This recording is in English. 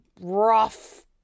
rough